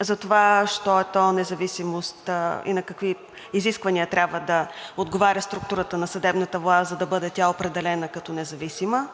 за това що е то независимост и на какви изисквания трябва да отговаря структурата на съдебната власт, за да бъде тя определена като независима,